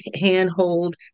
handhold